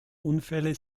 unfälle